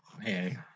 Hey